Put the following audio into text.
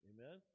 Amen